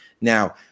Now